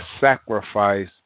sacrifice